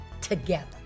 together